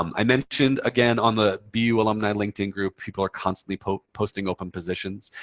um i mentioned, again, on the bu alumni linkedin group, people are constantly posting posting open positions.